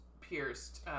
pierced